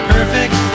Perfect